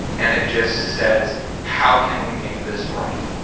and it just says how can we make this right,